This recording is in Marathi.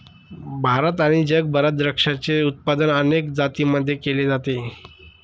भारत आणि जगभरात द्राक्षाचे उत्पादन अनेक जातींमध्ये केल जात